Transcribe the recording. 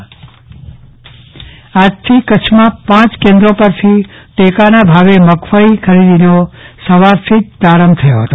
ચંદ્રવદન પદ્ટણી મગફળી ખરીદી આજથી કચ્છમાં પાંચ કેન્દ્રો પરથી ટેકાના ભાવે મગફળી ખરીદીનો સવારથી જ આરંભ થયો હતો